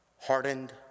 hardened